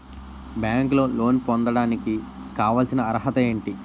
బ్యాంకులో లోన్ పొందడానికి కావాల్సిన అర్హత ఏంటి?